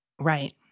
Right